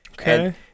Okay